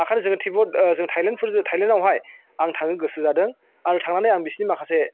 ओंखायनो जोङो जों थायलेन्डआवहाय आं थांनो गोसो जादों आं थांनानै आं बिसोरनि माखासे